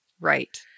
Right